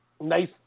nice